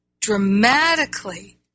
dramatically